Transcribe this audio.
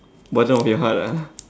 bottom of your heart ah